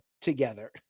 together